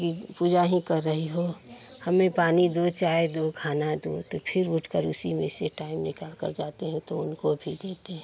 कि पूजा ही कर रही हो हमें पानी दो चाय दो खाना दो तो फ़िर उठकर उसी में से टाइम निकालकर जाते हैं तो उनको भी देते हैं